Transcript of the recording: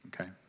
okay